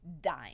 dime